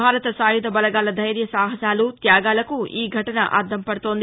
భారత సాయుధ బలగాల ధైర్యసాహసాలు త్యాగాలకు ఈఘటన అద్దంపడుతోంది